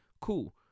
Cool